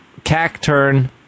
cacturn